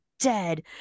dead